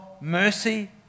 mercy